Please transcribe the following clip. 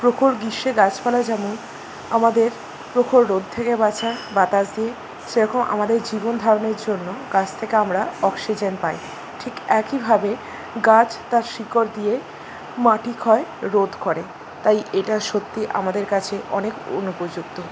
প্রখর গ্রীষ্মে গাছপালা যেমন আমাদের প্রখর রোদ থেকে বাঁচায় বাতাস দিয়ে সেরকম আমাদের জীবনধারণের জন্য গাছ থেকে আমরা অক্সিজেন পাই ঠিক একইভাবে গাছ তার শিকড় দিয়ে মাটি ক্ষয় রোধ করে তাই এটা সত্যি আমাদের কাছে অনেক অনুপযুক্ত